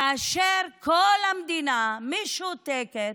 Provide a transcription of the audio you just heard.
כאשר כל המדינה משותקת,